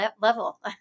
level